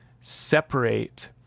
separate